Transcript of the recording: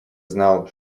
знал